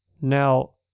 Now